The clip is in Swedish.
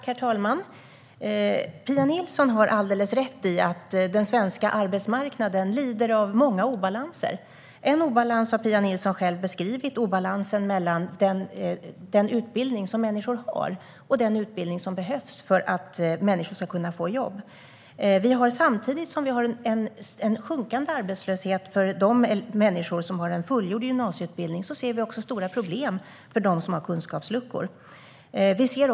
Herr talman! Pia Nilsson har alldeles rätt i att den svenska arbetsmarknaden lider av många obalanser. En obalans har Pia Nilsson själv beskrivit, nämligen mellan den utbildning som människor har och den utbildning som behövs för att människor ska få jobb. Samtidigt som det råder en sjunkande arbetslöshet för de människor som har en fullgjord gymnasieutbildning finns också stora problem för dem med kunskapsluckor.